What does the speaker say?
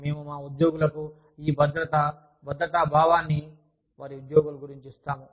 మేము మా ఉద్యోగులకు ఈ భద్రత భద్రతా భావాన్ని వారి ఉద్యోగాల గురించి ఇస్తాము